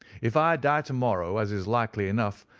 if i die to-morrow, as is likely enough,